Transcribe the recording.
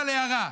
אבל הערה: